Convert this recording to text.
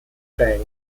bank